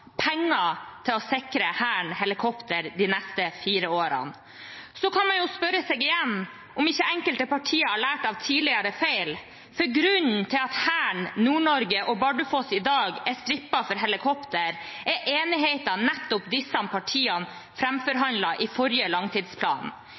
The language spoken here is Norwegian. penger til å sikre Hæren helikoptre de neste fire årene. Så kan man jo spørre seg igjen om ikke enkelte parti har lært av tidligere feil, for grunnen til at Hæren, Nord-Norge og Bardufoss i dag er strippet for helikoptre, er enigheten nettopp disse partiene